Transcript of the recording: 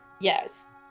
Yes